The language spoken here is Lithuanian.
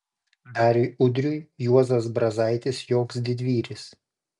dariui udriui juozas brazaitis joks didvyris